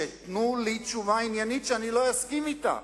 תנו לי תשובה עניינית שאני לא אסכים אתה.